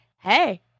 hey